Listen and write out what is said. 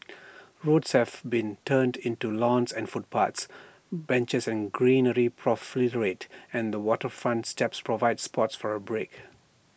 roads have been turned into lawns and footpaths benches and greenery and waterfront steps provide spots for A break